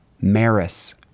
Maris